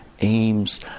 aims